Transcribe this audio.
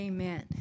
Amen